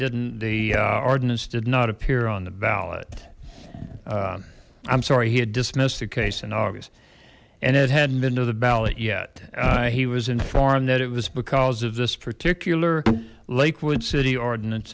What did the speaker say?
didn't the ordinance did not appear on the ballot i'm sorry he had dismissed the case in august and it hadn't been to the ballot yet he was informed that it was because of this particular lakewood city ordinance